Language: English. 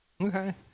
Okay